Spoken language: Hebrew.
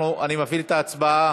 אני מפעיל את ההצבעה.